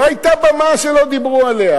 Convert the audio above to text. לא היתה במה שלא דיברו מעליה.